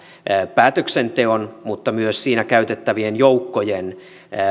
päätöksenteon mutta myös siinä käytettävien joukkojen